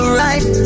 right